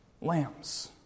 lambs